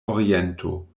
oriento